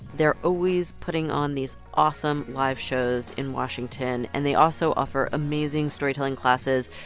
they're always putting on these awesome live shows in washington. and they also offer amazing storytelling classes.